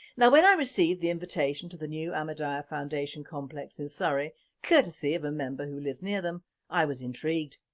now when i received the invitation to the new ahmadiyya foundation complex in surrey courtesy of a member who lives near them i was intrigued.